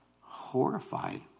horrified